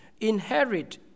inherit